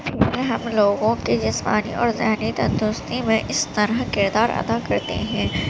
کھیل ہم لوگوں کے جسمانی اور ذہنی تندرستی میں اس طرح کردار ادا کرتے ہیں